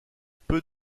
peu